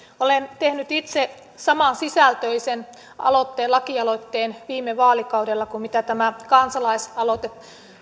olen tehnyt itse samansisältöisen lakialoitteen viime vaalikaudella kuin mitä tämä kansalaisaloite